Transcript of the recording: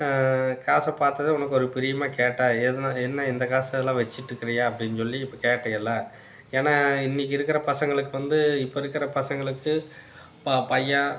காசை பார்த்ததும் உனக்கு ஒரு பிரியமாக கேட்ட எதுனால் என்ன இந்த காசெலாம் வச்சுட்டு இருக்கிறியா அப்படினு சொல்லி இப்போ கேட்டயில்லை ஏன்னால் இன்றைக்கி இருக்கிற பசங்களுக்கு வந்து இப்போ இருக்கிற பசங்களுக்கு ப பையன்